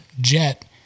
jet